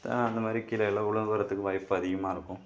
அந்த மாதிரி கீழே கீழே விழுவுறத்துக்கு வாய்ப்பு அதிகமாக இருக்கும்